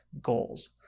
goals